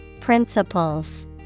Principles